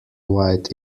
wide